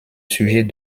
sujet